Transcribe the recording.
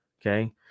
Okay